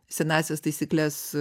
senąsias taisykles